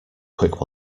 quick